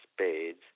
spades